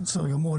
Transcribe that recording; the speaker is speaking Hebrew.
בסדר גמור.